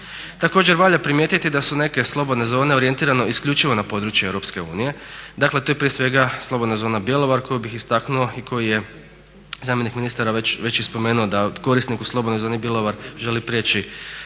Također, valja primijetiti da su neke slobodne zone orijentirane isključivo na područje EU. Dakle, to je prije svega slobodna zona Bjelovar koju bih istaknuo i koju je zamjenik ministra već i spomenuo da korisnik u slobodnoj zoni Bjelovar želi prijeći